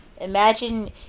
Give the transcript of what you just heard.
imagine